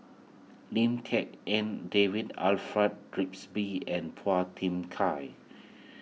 Lim Tik En David Alfred and Phua Thin Kiay